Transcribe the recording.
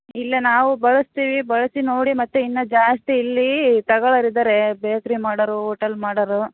ಇಲ್ಲ ನಾವು ಬಳಸ್ತೀವಿ ಬಳಸಿ ನೋಡಿ ಮತ್ತು ಇನ್ನೂ ಜಾಸ್ತಿ ಇಲ್ಲಿ ತಗೊಳ್ಳೋರಿದ್ದಾರೆ ಬೇಕ್ರಿ ಮಾಡೋರು ಹೋಟೆಲ್ ಮಾಡೋರು